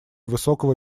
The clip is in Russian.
высокого